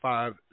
Five